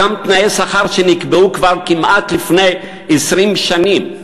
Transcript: אותם תנאי שכר שנקבעו כבר כמעט לפני 20 שנים.